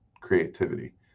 creativity